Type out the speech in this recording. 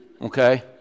okay